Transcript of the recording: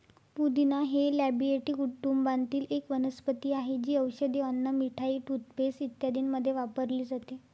पुदिना हे लॅबिएटी कुटुंबातील एक वनस्पती आहे, जी औषधे, अन्न, मिठाई, टूथपेस्ट इत्यादींमध्ये वापरली जाते